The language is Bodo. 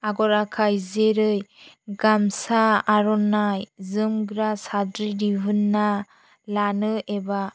आगर आखाय जेरै गामसा आर'नाइ जोमग्रा साद्रि दिहुन्ना लानो एबा